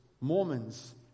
Mormons